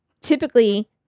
Typically